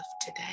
today